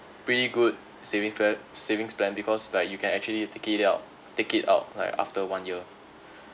pretty good savings plan savings plan because like you can actually take it out take it out like after one year